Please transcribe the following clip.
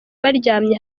baryamye